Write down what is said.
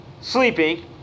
sleeping